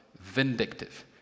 vindictive